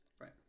Right